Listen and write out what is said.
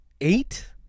eight